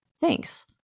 Thanks